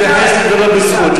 תמיד אני בחסד ולא בזכות.